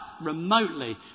remotely